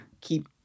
keep